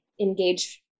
engage